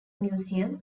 museum